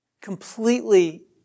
completely